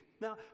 Now